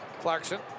Clarkson